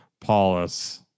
Paulus